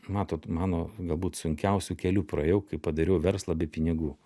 matot mano galbūt sunkiausiu keliu praėjau kai padariau verslą be pinigų